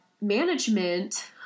management